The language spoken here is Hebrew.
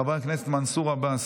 חבר הכנסת מנסור עבאס,